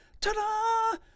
ta-da